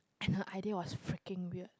and her idea was freaking weird